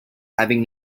having